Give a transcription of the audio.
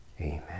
amen